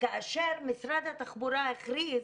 כאשר משרד התחבורה הכריז